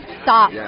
stop